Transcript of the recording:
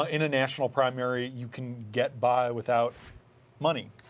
um in a national primary, you can get by without money.